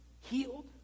healed